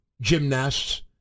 gymnasts